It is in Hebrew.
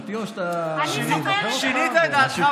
אתה זוכר אותי או שאתה, שינית את דעתך מאז.